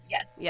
Yes